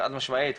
חד משמעית,